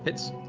hits.